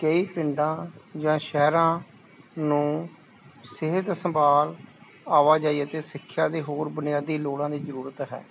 ਕਈ ਪਿੰਡਾਂ ਜਾਂ ਸ਼ਹਿਰਾਂ ਨੂੰ ਸਿਹਤ ਸੰਭਾਲ ਆਵਾਜਾਈ ਅਤੇ ਸਿੱਖਿਆ ਦੇ ਹੋਰ ਬੁਨਿਆਦੀ ਲੋੜਾਂ ਦੀ ਜ਼ਰੂਰਤ ਹੈ